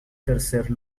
tercer